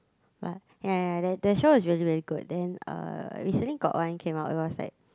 but ya ya ya that show is really very good then uh recently got one came out it was like